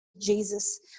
Jesus